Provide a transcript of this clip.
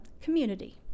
community